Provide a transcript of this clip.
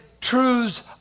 truths